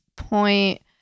point